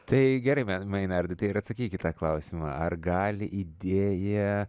tai gerai me meinardai tai ir atsakyk į tą klausimą ar gali idėja